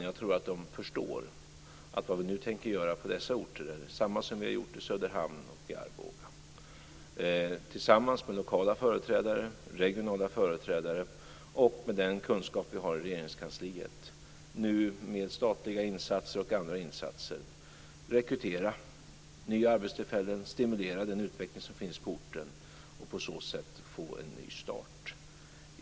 Jag tror att de förstår att det vi nu tänker göra på dessa orter är detsamma som vi har gjort i Söderhamn och Arboga, nämligen att tillsammans med lokala och regionala företrädare och med den kunskap vi har i Regeringskansliet med statliga insatser och andra insatser rekrytera nya arbetstillfällen, stimulera den utveckling som finns på orten och på så sätt få en ny start.